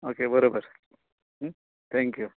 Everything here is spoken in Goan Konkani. ओके बरोबर थॅक्यू